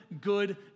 good